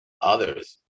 others